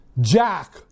jack